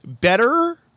Better